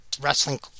wrestling